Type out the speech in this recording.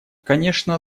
конечно